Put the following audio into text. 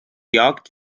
jagd